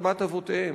אדמת אבותיהם.